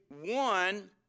one